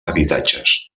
habitatges